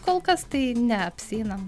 kol kas tai ne apsieinam